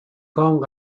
کام